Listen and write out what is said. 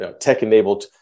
tech-enabled